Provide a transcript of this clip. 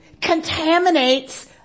contaminates